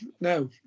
No